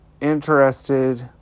interested